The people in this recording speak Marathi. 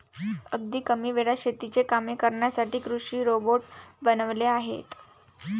अगदी कमी वेळात शेतीची कामे करण्यासाठी कृषी रोबोट बनवले आहेत